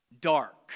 dark